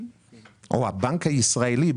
או הבנק הישראלי,